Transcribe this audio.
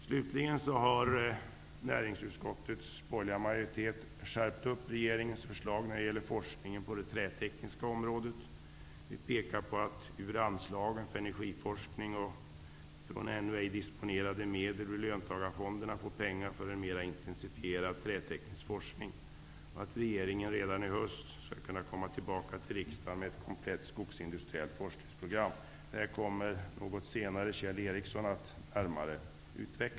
Slutligen har näringsutskottets borgerliga majoritet skärpt upp regeringens förslag när det gäller forskningen på det trätekniska området. Vi pekar på att man ur anslagen för energiforskning och från ännu ej disponerade medel ur löntagarfonderna kan få pengar för en mer intensifierad träteknisk forskning. Regeringen bör redan i höst kunna komma tillbaka till riksdagen med ett komplett skogsindustriellt forskningsprogram. Kjell Ericsson kommer något senare att utveckla detta närmare.